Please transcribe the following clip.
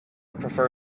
prefer